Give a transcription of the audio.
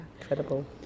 incredible